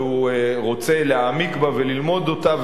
והוא רוצה להעמיק בה וללמוד אותה,